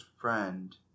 friend